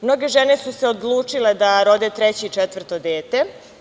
Mnoge žene su se odlučile da rode treće i četvrto dete.